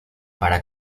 para